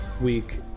Week